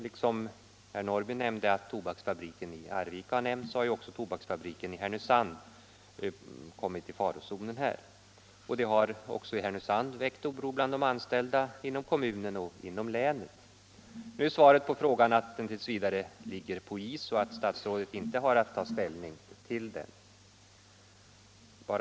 Liksom herr Norrby sade att tobaksfabriken i Arvika har nämnts, så tycks också tobaksfabriken i Härnösand ha kommit i farozonen. Det har för Härnösands del väckt oro bland de anställda inom företaget, inom kommunen och inom länet. Nu sägs i svaret på frågan att utredningen t.v. ligger på is och att statsrådet inte har att ta ställning till den.